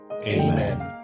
Amen